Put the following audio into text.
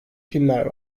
filmler